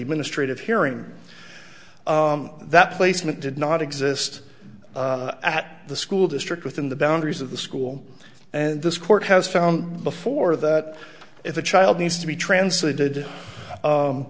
ministry of hearing that placement did not exist at the school district within the boundaries of the school and this court has found before that if a child needs to be translated